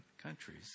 countries